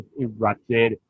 erupted